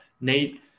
Nate